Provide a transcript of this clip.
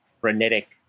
frenetic